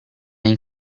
این